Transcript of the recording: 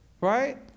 right